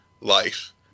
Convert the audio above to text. life